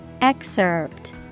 Excerpt